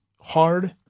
hard